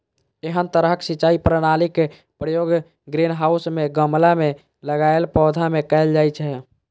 एहन तरहक सिंचाई प्रणालीक प्रयोग ग्रीनहाउस मे गमला मे लगाएल पौधा मे कैल जाइ छै